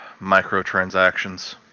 Microtransactions